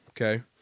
okay